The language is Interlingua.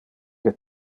que